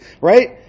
right